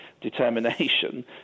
determination